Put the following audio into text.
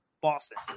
Boston